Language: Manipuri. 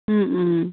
ꯎꯝ ꯎꯝ